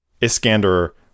Iskander